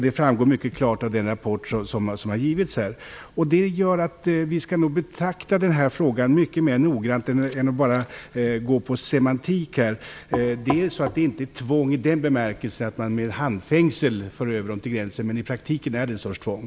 Det framgår mycket klart av den rapport som har givits. Detta gör att vi nog skall betrakta den här frågan mycket mer noggrant och inte bara hålla oss till semantik. Det är inte tvång i den bemärkelsen att man i handfängsel för dessa människor över gränsen, men i praktiken är det ett sorts tvång.